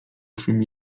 czym